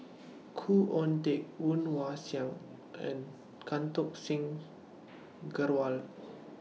Khoo Oon Teik Woon Wah Siang and Can Talk Singh Grewal